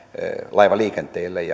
laivaliikenteellemme